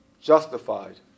justified